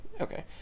okay